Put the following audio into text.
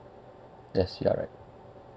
yes you're right